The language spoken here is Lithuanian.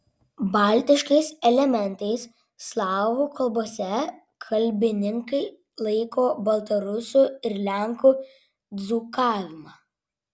baltiškais elementais slavų kalbose kalbininkai laiko baltarusių ir lenkų dzūkavimą